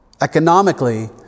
Economically